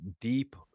deep